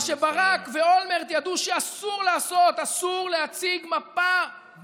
מה שברק ואולמרט ידעו שאסור לעשות: אסור להציג מפה,